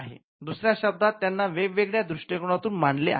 दुसऱ्या शब्दात त्यांना वेगवेगळ्या दृष्टिकोनातून मांडले आहे